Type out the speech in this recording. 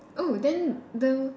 oh then the